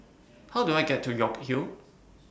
How Do I get to York Hill